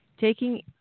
taking